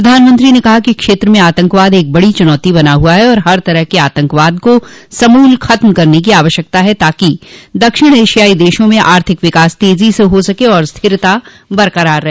प्रधानमंत्री ने कहा कि क्षेत्र में आतंकवाद एक बड़ी चुनौती बना हुआ है और हर तरह के आतंकवाद को समूल ख़त्म करने की आवश्यकता है ताकि दक्षिण एशियाई देशों में आर्थिक विकास तेजो से हो सके और स्थिरता बरकरार रहे